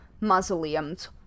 mausoleums